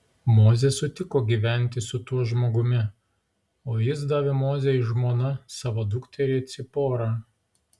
mozė sutiko gyventi su tuo žmogumi o jis davė mozei žmona savo dukterį ciporą